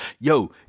Yo